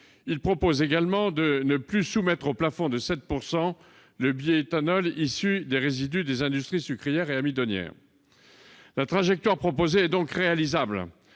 il tend à ne plus soumettre au plafond de 7 % le bioéthanol issu des résidus des industries sucrières et amidonnières. La trajectoire proposée est réalisable